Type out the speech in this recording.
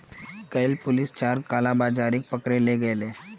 कइल पुलिस चार कालाबाजारिक पकड़े ले गेले